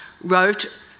wrote